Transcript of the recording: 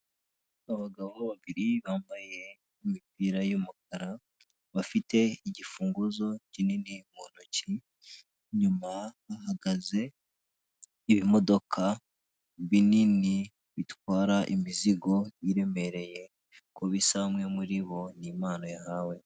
Abagabo babiri bambaye imipira y'umukara, bafite igifunguzo kinini mu ntoki, inyuma bahagaze ibimodoka binini bitwara imizigo iremereye. Uko bisa umwe muri bo ni impano yahawe.